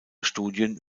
studien